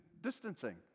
distancing